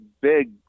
big